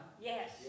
Yes